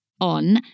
on